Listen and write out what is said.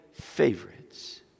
favorites